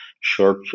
short